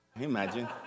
Imagine